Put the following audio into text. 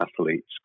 athletes